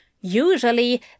Usually